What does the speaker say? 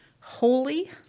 holy